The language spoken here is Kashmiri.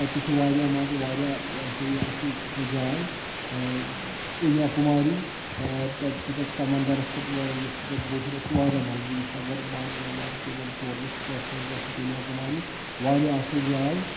تَتہِ تہِ چھُ واریاہ مَزٕ واریاہ یہِ سہَ یہِ اَصٕل سۄ جاے کنیاکُماری تَتہِ چھُ تَتھ سَمنٛدرَس پؠٹھ یُس تَتھ بوٚٹھ چھُ تَتھ چھُ واریاہ مَزٕ یُس اگر مان ژٕ مےٚ باسَان توتَن تور گژھِ پرؠتھ کٲنٛسہِ گژھُن کَنیاکُماری واریاہ اَصٕل جاے